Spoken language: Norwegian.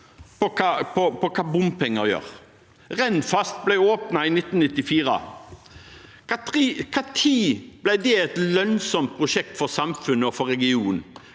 på hva bompenger gjør. Rennfast ble åpnet i 1994. Når ble det et lønnsomt prosjekt for samfunnet og for regionen?